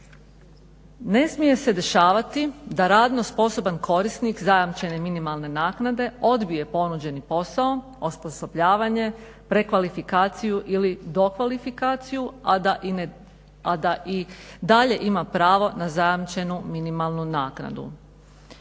Ne smije se dešavati da radno sposoban korisnik zajamčene minimalne naknade odbije ponuđeni posao, osposobljavanje, prekvalifikaciju ili dokvalifikaciju a da i dalje ima pravo na zajamčenu minimalnu naknadu.